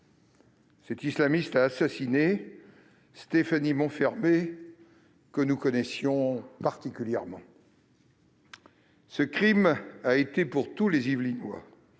Cet islamiste a assassiné Stéphanie Monfermé, que nous connaissions particulièrement. Ce crime a été pour tous les Yvelinois,